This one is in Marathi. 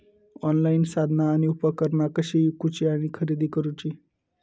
ऑनलाईन साधना आणि उपकरणा कशी ईकूची आणि खरेदी करुची?